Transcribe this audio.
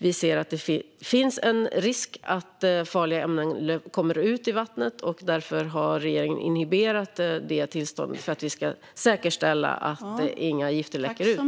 Vi ser att det finns en risk att farliga ämnen kommer att komma ut i vattnet. För att säkerställa att inga gifter läcker ut har regeringen därför inhiberat det tillståndet.